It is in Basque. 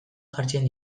jartzen